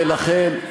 ולכן,